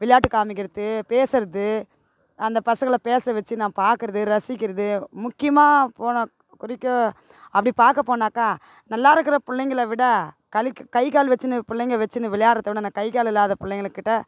விளையாட்டு காமிக்கிறது பேசுறது அந்த பசங்களை பேச வைச்சி நான் பாக்குறது ரசிக்கிறது முக்கியமாக போன குறிக்க அப்படி பார்க்க போனாக்கா நல்லாயிருக்குற பிள்ளைங்கள விட கை கால் வெச்சுன்னு பிள்ளைங்க வெச்சுன்னு விளையாடுறத விட நான் கை கால் இல்லாத பிள்ளைங்கள்க்கிட்ட